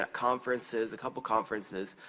ah conferences, a couple conferences.